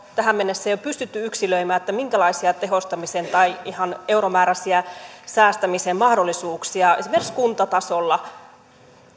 tähän mennessä jo pystytty yksilöimään minkälaisia tehostamisen tai ihan euromääräisiä säästämisen mahdollisuuksia esimerkiksi kuntatasolla